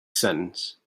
sentence